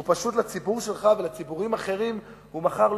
הוא פשוט מכר לציבור שלך ולציבורים אחרים לוקשים.